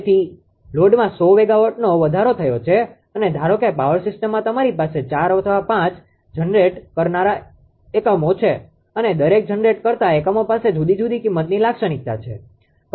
તેથી લોડમાં 100 મેગાવોટનો વધારો થયો છે અને ધારો કે પાવર સીસ્ટમમાં તમારી પાસે 4 અથવા 5 જનરેટ કરનારા એકમો છે અને દરેક જનરેટ કરતા એકમો પાસે જુદી જુદી કિંમતની લાક્ષણિકતા છે